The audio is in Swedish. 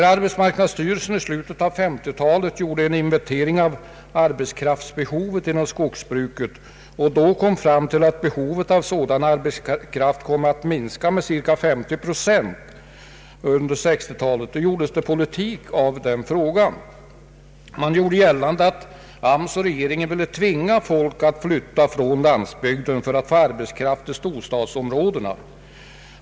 regionalpolitiken nadsstyrelsen i slutet av 1950-talet gjorde en inventering av arbetskraftsbehovet inom skogsbruket och då kom fram till att behovet av sådan arbetskraft komme att minska med cirka 50 procent under 1960-talet, gjordes det politik av detta. Man gjorde gällande att arbetsmarknadsstyrelsen och regeringen ville tvinga folk att flytta från landsbygden för att få arbetskraft till storstadsområdena.